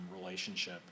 relationship